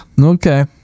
okay